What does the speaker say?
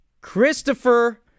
Christopher